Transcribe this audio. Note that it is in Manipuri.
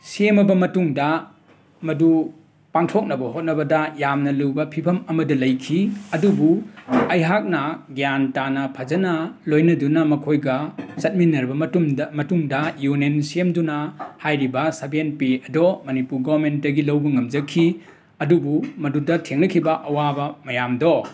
ꯁꯦꯝꯃꯕ ꯃꯇꯨꯡꯗ ꯃꯗꯨ ꯄꯥꯡꯊꯣꯛꯅꯕ ꯍꯣꯠꯅꯕꯗ ꯌꯥꯝꯅ ꯂꯨꯕ ꯐꯤꯕꯝ ꯑꯃꯗ ꯂꯩꯈꯤ ꯑꯗꯨꯕꯨ ꯑꯍꯥꯛꯅ ꯒ꯭ꯌꯥꯟ ꯇꯥꯅ ꯐꯖꯟꯅ ꯂꯣꯏꯅꯗꯨꯅ ꯃꯈꯣꯏꯒ ꯆꯠꯃꯤꯟꯅꯔꯕ ꯃꯇꯨꯡꯗ ꯃꯇꯨꯡꯗ ꯌꯨꯅꯤꯌꯟ ꯁꯦꯝꯗꯨꯅ ꯍꯥꯏꯔꯤꯕ ꯁꯕꯦꯟ ꯄꯦ ꯑꯗꯨ ꯃꯅꯤꯄꯨꯔ ꯒꯣꯃꯦꯟꯠꯇꯒꯤ ꯂꯧꯕ ꯉꯝꯖꯈꯤ ꯑꯗꯨꯕꯨ ꯃꯗꯨꯗ ꯊꯦꯡꯅꯈꯤꯕ ꯑꯋꯥꯕ ꯃꯌꯥꯝꯗꯨ